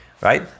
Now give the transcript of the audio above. right